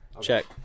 check